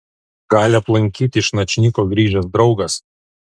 gali aplankyti iš načnyko grįžęs draugas